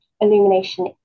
illumination